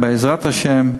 בעזרת השם,